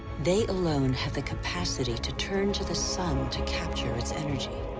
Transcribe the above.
they alone have the capacity to turn to the sun to capture its energy.